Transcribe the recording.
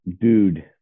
Dude